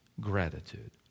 gratitude